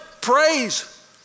praise